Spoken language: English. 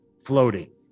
floating